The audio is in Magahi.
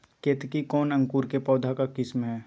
केतकी कौन अंकुर के पौधे का किस्म है?